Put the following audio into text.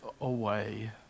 away